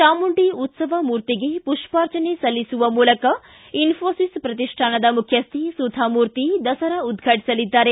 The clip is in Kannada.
ಚಾಮುಂಡಿ ಉತ್ಸವ ಮೂರ್ತಿಗೆ ಪುಷ್ಪಾರ್ಚನೆ ಸಲ್ಲಿಸುವ ಮೂಲಕ ಇನ್ಫೋಸಿಸ್ ಪ್ರತಿಷ್ಠಾನದ ಮುಖ್ಯಸ್ಥೆ ಸುಧಾ ಮೂರ್ತಿ ದಸರಾ ಉದ್ಘಾಟಿಸಲಿದ್ದಾರೆ